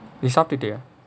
நீ சாப்புடியா:nee saaputiyaa